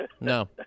No